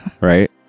right